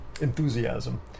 enthusiasm